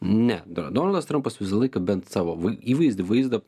ne da donaldas trampas visą laiką bent savo įvaizdį vaizdą